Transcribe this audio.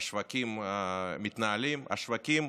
השווקים מתנהלים, השווקים